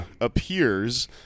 appears